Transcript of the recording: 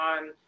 on